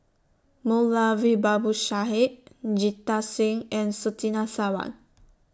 Moulavi Babu Sahib Jita Singh and Surtini Sarwan